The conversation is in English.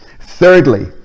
Thirdly